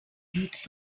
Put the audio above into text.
doutent